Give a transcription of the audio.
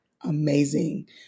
amazing